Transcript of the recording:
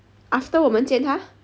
after 我们见他